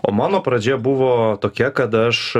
o mano pradžia buvo tokia kad aš